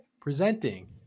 presenting